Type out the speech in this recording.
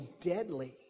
deadly